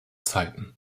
zeiten